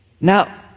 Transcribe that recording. Now